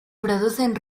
producen